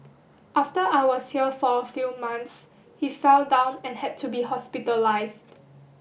after I was here for a few months he fell down and had to be hospitalised